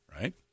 right